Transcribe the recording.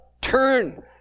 turn